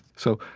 so,